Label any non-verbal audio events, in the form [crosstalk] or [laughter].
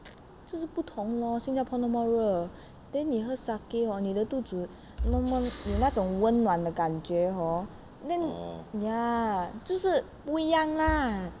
[noise] 就是不同 lor 新加坡那么热 then 你喝 sake hor 你的肚子那么有那种温暖的感觉 hor then ya 就是不一样 lah